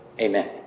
Amen